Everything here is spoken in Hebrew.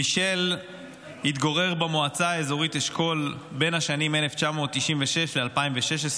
מישל התגורר במועצה האזורית אשכול בין השנים 1996 ו-2016,